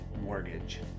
Mortgage